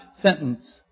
sentence